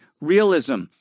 realism